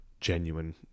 Genuine